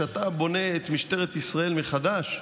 שאתה בונה את משטרת ישראל מחדש?